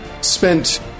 spent